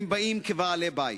הם באים כבעלי-בית.